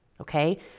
Okay